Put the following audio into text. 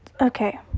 Okay